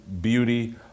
beauty